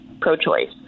pro-choice